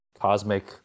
cosmic